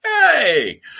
Hey